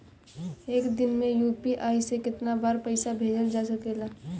एक दिन में यू.पी.आई से केतना बार पइसा भेजल जा सकेला?